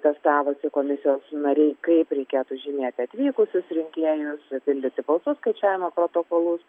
testavosi komisijos nariai kaip reikėtų žymėti atvykusius rinkėjus pildyti balsų skaičiavimo protokolus